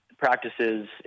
practices